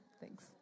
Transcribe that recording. Thanks